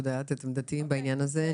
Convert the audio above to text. ואת יודעת את עמדתי בעניין הזה.